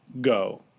Go